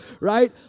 right